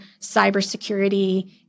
cybersecurity